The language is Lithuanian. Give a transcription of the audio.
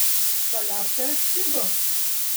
saliarka atpigo